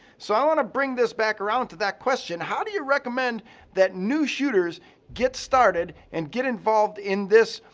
so i want to bring this back around to that question. how do you recommend that new shooters get started and get involved in this,